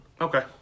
Okay